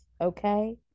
okay